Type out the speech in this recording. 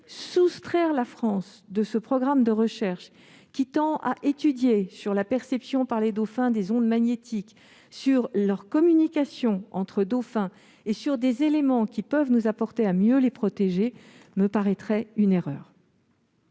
soustraire la France de ce programme de recherche, qui tend à étudier la perception par les dauphins des ondes magnétiques, leur communication, ou encore d'autres éléments susceptibles de nous aider à mieux les protéger me paraîtrait être une erreur.